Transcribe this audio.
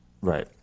Right